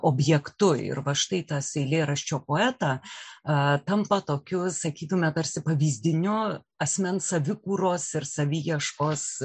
objektu ir va štai tas eilėraščio poeta tampa tokiu sakytumėme tarsi pavyzdinio asmens savikūros ir saviieškos